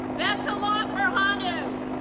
beselot birhanu